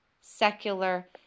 secular